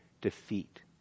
defeat